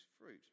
fruit